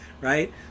Right